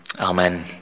Amen